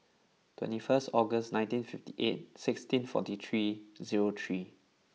twenty first August nineteen fifty eight sixteen forty three zero three